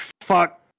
fuck